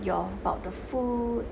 your about the food